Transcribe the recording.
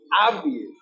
obvious